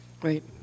great